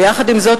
ויחד עם זאת,